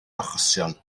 achosion